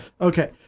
Okay